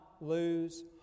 lose